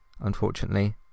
Unfortunately